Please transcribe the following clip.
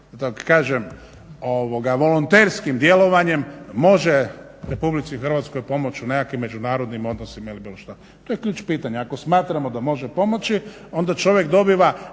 da kažem volonterskim djelovanjem može RH pomoći u nekakvim međunarodnim odnosima ili bilo što? To je ključno pitanje. Ako smatramo da može pomoći onda čovjek dobiva